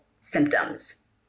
symptoms